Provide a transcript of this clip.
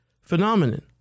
phenomenon